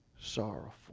sorrowful